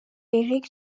eric